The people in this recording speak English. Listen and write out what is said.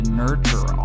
nurture